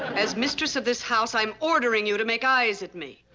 as mistress of this house, i'm ordering you to make eyes at me.